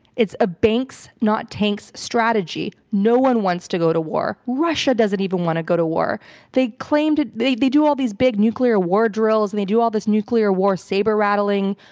it's a banks not tanks strategy. no one wants to go to war. russia doesn't even want to go to war. they claimed, they they do all these big nuclear war drills and they do all this nuclear war saber rattling.